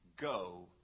Go